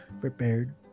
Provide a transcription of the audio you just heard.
prepared